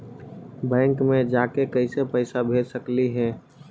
Bank मे जाके कैसे पैसा भेज सकली हे?